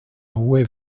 hohe